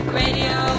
radio